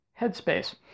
headspace